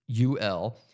UL